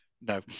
No